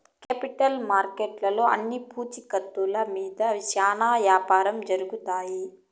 capital మార్కెట్లో అన్ని పూచీకత్తుల మీద శ్యానా యాపారం జరుగుతాయి